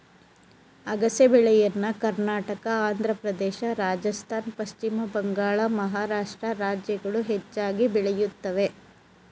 ಅಗಸೆ ಬೆಳೆಯನ್ನ ಕರ್ನಾಟಕ, ಆಂಧ್ರಪ್ರದೇಶ, ರಾಜಸ್ಥಾನ್, ಪಶ್ಚಿಮ ಬಂಗಾಳ, ಮಹಾರಾಷ್ಟ್ರ ರಾಜ್ಯಗಳು ಹೆಚ್ಚಾಗಿ ಬೆಳೆಯುತ್ತವೆ